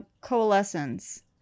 coalescence